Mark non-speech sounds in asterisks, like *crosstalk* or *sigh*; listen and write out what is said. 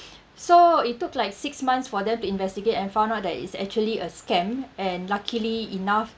*breath* so it took like six months for them to investigate and found out that it's actually a scam and luckily enough